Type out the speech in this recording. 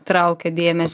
traukia dėmesį